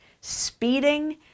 speeding